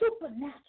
supernatural